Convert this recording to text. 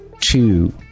Two